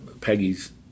Peggy's